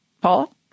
Paul